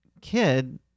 kid